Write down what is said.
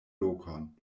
lokon